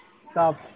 Stop